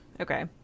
Okay